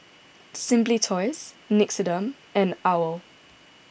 Simply Toys Nixoderm and Owl